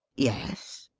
yes?